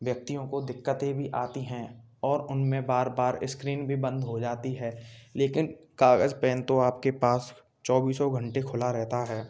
व्यक्तियों को दिक्कतें भी आती हैं और उनमें बार बार इस्क्रीन भी बंद हो जाती है लेकिन कागज़ पेन तो आपके पास चौबीसों घंटे खुला रहता है